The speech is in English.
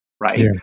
right